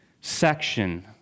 section